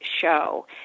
show